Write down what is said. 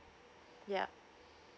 ya